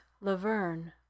Laverne